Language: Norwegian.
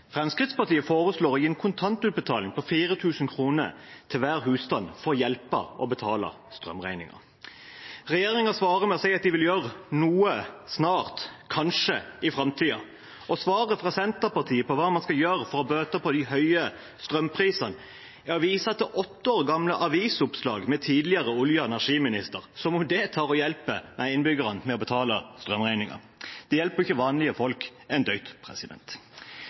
Fremskrittspartiet foreslår å gi en kontantutbetaling på 4 000 kr til hver husstand, for å hjelpe å betale strømregningen. Regjeringen svarer med å si at de vil gjøre noe snart – kanskje, i framtiden. Svaret fra Senterpartiet på hva man skal gjøre for å bøte på de høye strømprisene, er å vise til åtte år gamle avisoppslag med tidligere olje- og energiminister, som om det hjelper innbyggerne med å betale strømregningen. Det hjelper ikke vanlige folk en døyt.